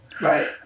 Right